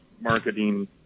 marketing